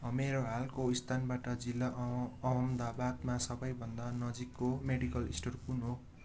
मेरो हालको स्थानबाट जिल्ला अहम अहमदाबादमा सबै भन्दा नजिकको मेडिकल स्टोर कुन हो